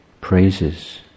praises